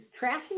trashing